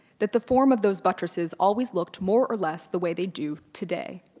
that the form of those buttresses always looked more or less the way they do today.